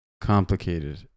complicated